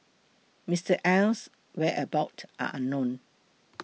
Mister Aye's whereabouts are unknown